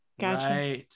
Gotcha